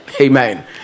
Amen